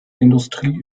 industrie